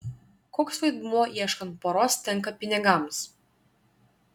koks vaidmuo ieškant poros tenka pinigams